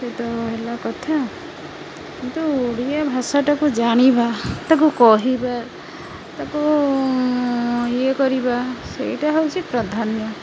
ସେ ତ ହେଲା କଥା କିନ୍ତୁ ଓଡ଼ିଆ ଭାଷାଟାକୁ ଜାଣିବା ତାକୁ କହିବା ତାକୁ ଇଏ କରିବା ସେଇଟା ହଉଚି ପ୍ରଧାନ୍ୟ